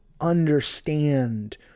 understand